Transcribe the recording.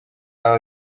aho